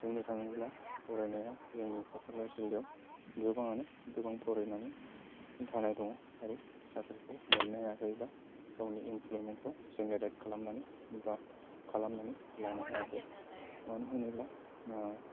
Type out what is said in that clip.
बुंनो थाङोब्ला फरायनाया जोंनि क'क्राझार जिल्लायाव गोबाङानो गोबां फरायनानै थानाय दङ आरो साख्रिफोरखौ मोननो हायाखै एबा गावनि इमप्लयमेन्टखौ जेनेरेट खालामनानै बा खालामनानै लानो हायाखै मानो होनोब्ला